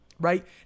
right